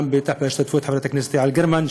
בוודאי בהשתתפות חברת הכנסת יעל גרמן,